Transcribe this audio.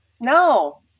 No